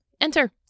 Enter